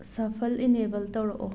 shuffle enable ꯇꯧꯔꯛꯑꯣ